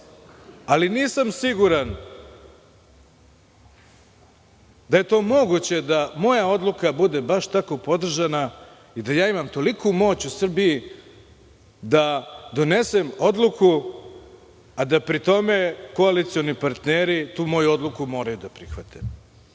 Ali, nisam siguran da je to moguće da moja odluka bude baš tako podržana i da ja imam toliku moć u Srbiji da donesem odluku, a da pri tome koalicioni partneri tu moju odluku moraju da prihvate. Ako